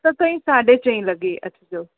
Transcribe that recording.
त तव्हीं साढे चईं लॻे अचिजो